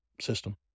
system